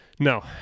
No